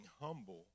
humble